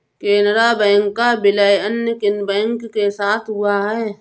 Canara bank का विलय अन्य किन बैंक के साथ हुआ है?